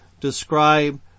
describe